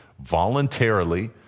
voluntarily